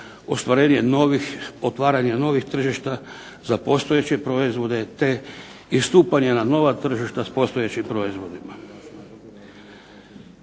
otvaranja novih tržišta za postojeće proizvode, te istupanja na nova tržišta s postojećim proizvodima.